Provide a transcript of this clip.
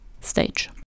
stage